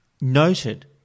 noted